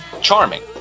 charming